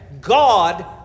God